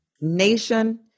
nation